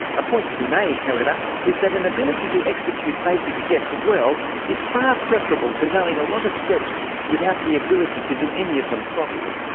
a point to be made however is that an ability to execute basic steps well is far preferable to knowing a lot of steps without the ability to do any of them properly.